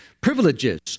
privileges